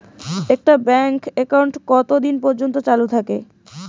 একটা bank account কতদিন পর্যন্ত চালু থাকে?